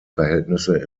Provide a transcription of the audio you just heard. verhältnisse